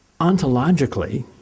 ontologically